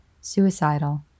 suicidal